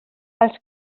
els